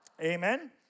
Amen